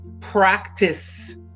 practice